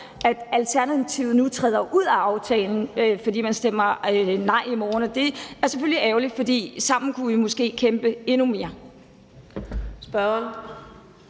at Alternativet nu træder ud af aftalen, for man stemmer nej i morgen, og det er selvfølgelig ærgerligt, for sammen kunne vi måske kæmpe endnu mere.